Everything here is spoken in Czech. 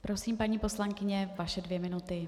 Prosím, paní poslankyně, vaše dvě minuty.